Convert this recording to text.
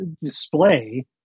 display